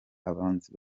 abanzi